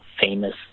famous